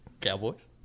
Cowboys